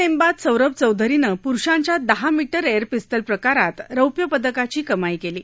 युवा नाड्वाज सौरभ चौधरीनं पुरुषांच्या दहा मीटर एअर पिस्तल प्रकारात रौप्यपदकाची कमाई क्वी